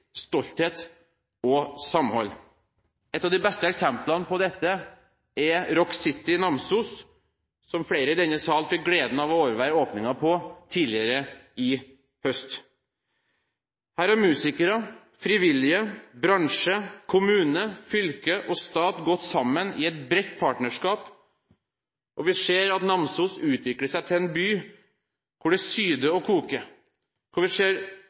stolthet og samhold. Et av de beste eksemplene på dette er Rock City Namsos, som flere i denne sal fikk gleden av å overvære åpningen av tidligere i høst. Her har musikere, frivillige, bransje, kommune, fylke og stat gått sammen i et bredt partnerskap, og vi ser at Namsos utvikler seg til en by hvor det syder og koker, og hvor